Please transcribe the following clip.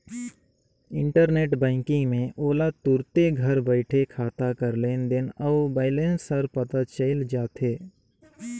internet banking में ओला तुरते घर बइठे खाता कर लेन देन अउ बैलेंस हर पता चइल जाथे